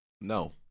no